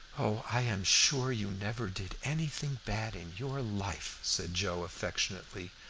oh, i am sure you never did anything bad in your life, said joe affectionately.